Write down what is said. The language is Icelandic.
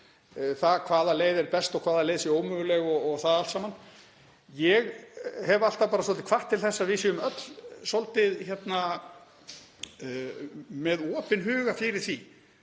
hvaða leið er best og hvaða leið sé ómöguleg og það allt saman. Ég hef alltaf hvatt til þess að við séum öll með opinn huga fyrir því